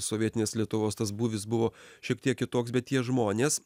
sovietinės lietuvos tas būvis buvo šiek tiek kitoks bet tie žmonės